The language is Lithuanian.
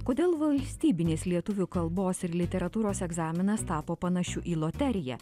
kodėl valstybinės lietuvių kalbos ir literatūros egzaminas tapo panašiu į loteriją